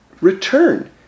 return